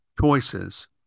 choices